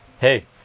Hey